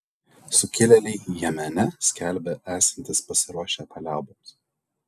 sukilėliai jemene skelbia esantys pasiruošę paliauboms